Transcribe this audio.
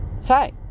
say